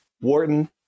Wharton